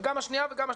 גם השנייה וגם השלישית,